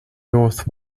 north